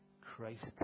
Christ